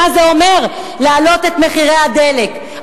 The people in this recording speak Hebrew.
מה זה אומר להעלות את מחירי הדלק.